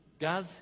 Guys